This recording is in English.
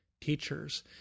teachers